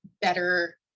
better